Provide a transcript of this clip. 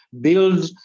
build